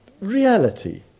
reality